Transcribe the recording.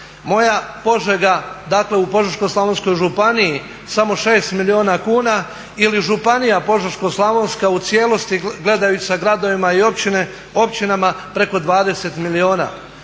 Moja Požega, dakle u Požeško-slavonskoj županiji samo 6 milijuna kuna ili Županija Požeško-slavonska u cijelosti gledajući sa gradovima i općinama preko 20 milijuna.